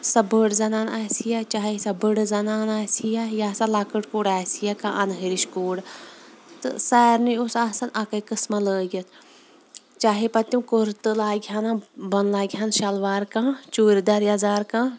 سۄ بٔڑ زَنان آسہِ یا چاہے سۄ بٕڈٕ زَنان آسہِ یا یا سۄ لَکٕٹۍ کوٗر آسہِ یا کانٛہہ اَنۂرِش کوٗر تہٕ سارنی اوس آسان اَکٕے قٕسٕمہ لٲگِتھ چاہے پَتہٕ تِم کُرتہٕ لاگہِ ہَن بۄنہٕ لاگہِ ہَن شَلوار کانٛہہ چوٗرِ دار یَزار کانٛہہ